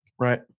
Right